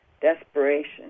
desperation